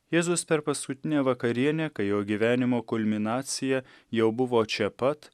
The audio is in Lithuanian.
jėzus per paskutinę vakarienę kai jo gyvenimo kulminacija jau buvo čia pat